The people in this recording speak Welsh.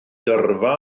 dyrfa